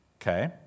Okay